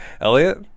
Elliot